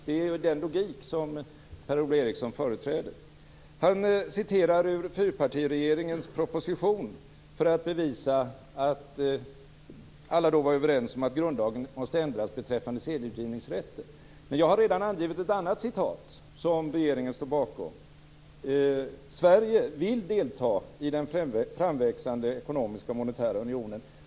Det är den logik som Per-Ola Han citerar ur fyrpartiregeringens proposition för att bevisa att alla då var överens om att grundlagen måste ändras beträffande sedelutgivningsrätten. Jag har redan angivit ett annat citat som den regeringen stod bakom. Det står att Sverige vill delta i den framväxande ekonomiska och monetära unionen.